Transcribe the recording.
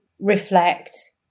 reflect